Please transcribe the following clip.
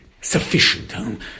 sufficient